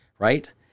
right